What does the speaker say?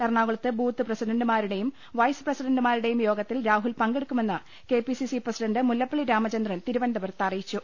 എറണാകുളത്ത് ബൂത്ത് പ്രസിഡണ്ടുമാരുടെയും വൈസ് പ്രസിഡണ്ടു മാരുടെയും യോഗത്തിൽ രാഹുൽ പങ്കെടുക്കുമെന്ന് K P CC president Mullappally Ramachandran തിരുവന ന്തപുരത്ത് അറിയിച്ചു